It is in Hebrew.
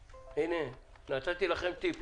הנה, נתתי לכם טיפ.